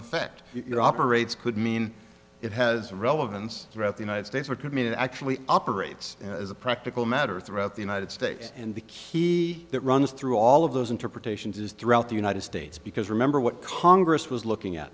effect operates could mean it has relevance throughout the united states or could mean it actually operates as a practical matter throughout the united states and the key that runs through all of those interpretations is throughout the united states because remember what congress was looking at